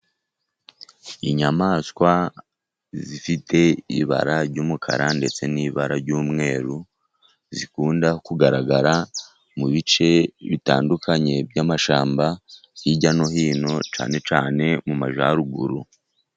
Inyamaswa zifite ibara ry'umukara ndetse n'ibara ry'umweru zikunda kugaragara mu bice bitandukanye by'amashyamba hirya no hino cyane cyane mu mayjaruguru.